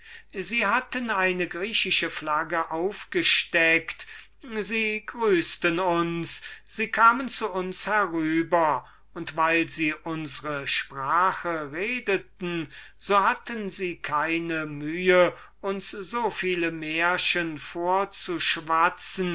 sie hatten eine griechische flagge aufgesteckt sie grüßten uns sie kamen zu uns herüber und weil sie unsre sprache redeten so hatten sie keine mühe uns so viele märchen vorzuschwatzen